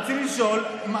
רציתי לשאול.